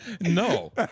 No